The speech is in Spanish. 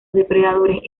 depredadores